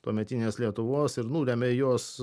tuometinės lietuvos ir nulemia jos